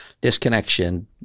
disconnection